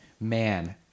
man